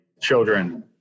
children